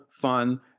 fun